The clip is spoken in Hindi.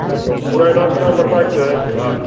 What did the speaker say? मतलब पूरा एडवांस देना पड़ता है कि जो है कि हाफ